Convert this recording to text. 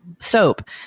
soap